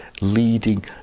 leading